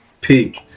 Peak